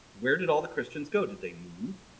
where did all the christians go? did they move?